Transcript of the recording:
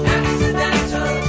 accidental